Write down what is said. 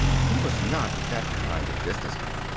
but he was not that kind of businessman.